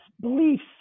beliefs